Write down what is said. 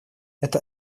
это